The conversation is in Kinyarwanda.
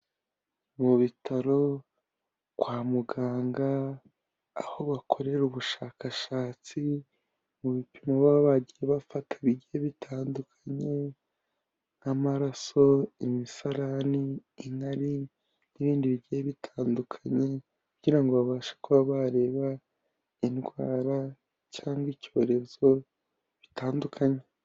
Mu bitaro/kwa muganga aho bakorera ubushakashatsi mu bipimo baba bagiye bafata bigiye bitandukanye nk'amaraso, imisarani, inkari n'ibindi bigiye bitandukanye, kugirango babashe kuba bareba indwara cyangwa icyorezo bitandukanye.